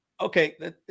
okay